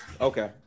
Okay